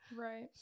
Right